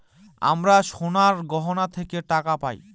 আমরা সোনার গহনা থেকে টাকা পায়